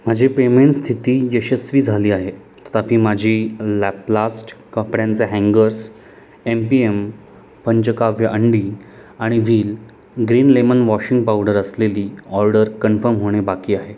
माझी पेमेन स्थिती यशस्वी झाली आहे तथापि माझी लॅप्लास्ट कपड्यांचे हँगर्स एम पी एम पंवकाव्य अंडी आणि wheel green lemon washing powder असलेली ऑर्डर कन्फर्म होणे बाकी आहे